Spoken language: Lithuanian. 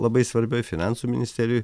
labai svarbioj finansų ministerijoj